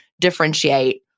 differentiate